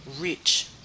rich